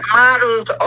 models